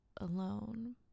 alone